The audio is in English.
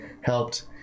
helped